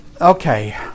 Okay